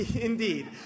Indeed